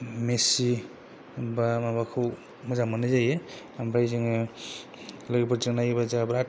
मेसि बा माबाखौ मोजां मोननाय जायो ओमफ्राय जोङो लोगोफोरजों नायोब्ला जोंहा बिराद